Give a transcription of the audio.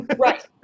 right